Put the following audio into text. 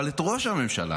אבל את ראש הממשלה,